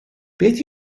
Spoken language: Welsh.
beth